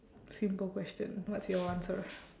simple question what's your answer